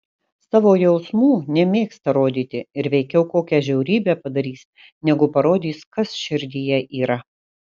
savo jausmų nemėgsta rodyti ir veikiau kokią žiaurybę padarys negu parodys kas širdyje yra